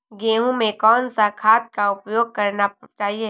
गेहूँ में कौन सा खाद का उपयोग करना चाहिए?